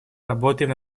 работаем